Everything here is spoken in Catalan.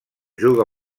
juga